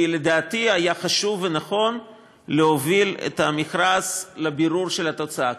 כי לדעתי היה חשוב ונכון להוביל את המכרז לבירור של התוצאה,